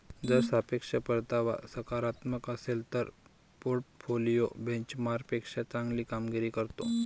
जर सापेक्ष परतावा सकारात्मक असेल तर पोर्टफोलिओ बेंचमार्कपेक्षा चांगली कामगिरी करतो